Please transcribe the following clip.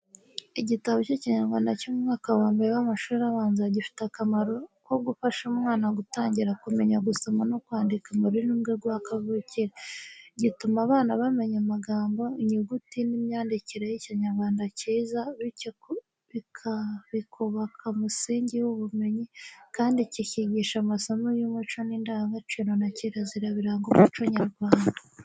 Igitabo cy’Ikinyarwanda cyo mu mwaka wa mbere w’amashuri abanza gifite akamaro ko gufasha umwana gutangira kumenya gusoma no kwandika mu rurimi rwe kavukire. Gituma abana bamenya amagambo, inyuguti n’imyandikire y’Ikinyarwanda cyiza, bityo bikubaka umusingi w’ubumenyi, kandi kigisha amasomo y’umuco n’indangagaciro na kirazira biranga umuco nyarwanda.